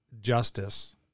justice